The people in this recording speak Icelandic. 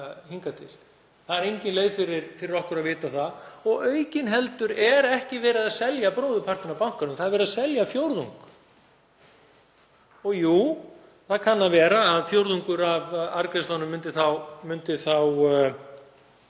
hingað til. Það er engin leið fyrir okkur að vita það og aukinheldur er ekki verið að selja bróðurpartinn af bankanum. Það er verið að selja fjórðung. Jú, það kann að vera að fjórðungur af arðgreiðslunum myndi þá